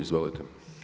Izvolite.